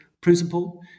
principle